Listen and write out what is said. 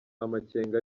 amakenga